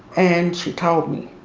and she told me,